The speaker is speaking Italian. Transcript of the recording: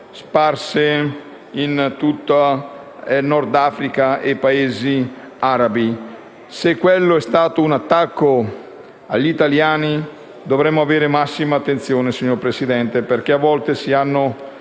sparse in tutto il Nord Africa e nei Paesi arabi. Se quello è stato un attacco agli italiani, dovremo avere la massima attenzione, signor Presidente, perché a volte si hanno